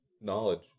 knowledge